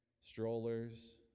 strollers